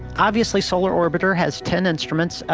obviously solar orbiter has ten instruments.